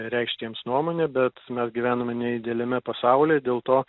reikšti jiems nuomonę bet mes gyvename ne idealiame pasaulyje dėl to